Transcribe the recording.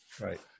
Right